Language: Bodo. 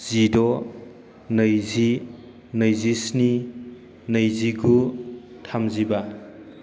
जिद' नैजि नैजिस्नि नैजिगु थामजिबा